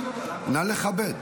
נא לכבד.